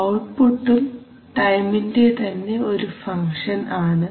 ഔട്ട്പുട്ടും ടൈമിന്റെ തന്നെ ഒരു ഫംഗ്ഷൻ ആണ്